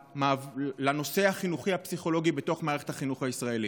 לנושא הפסיכולוגי-חינוכי בתוך מערכת החינוך הישראלית?